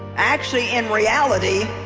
actually in reality